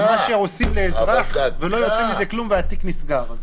מה שעושים לאזרח ולא יוצא מזה כלום והתיק נסגר.